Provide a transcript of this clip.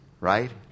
right